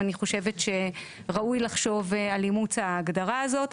וראוי לחשוב על אימוץ ההגדרה הזאת.